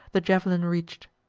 the jav'lin reach'd.